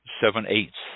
seven-eighths